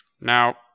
now